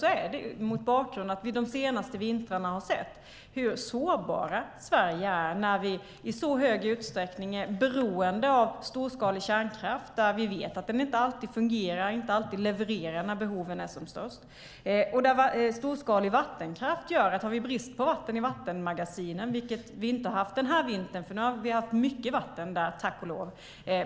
Det är mot bakgrund av att vi de senaste vintrarna har sett hur sårbart Sverige är när vi i så stor utsträckning är beroende av storskalig kärnkraft som vi vet inte alltid fungerar och levererar när behoven är som störst. Storskalig vattenkraft innebär att om vi har brist på vatten i vattenmagasinen leder det till att svensk industri har svårt att lita på leveranssäkerheten.